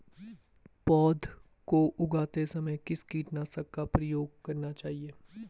पौध को उगाते समय किस कीटनाशक का प्रयोग करना चाहिये?